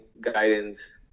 guidance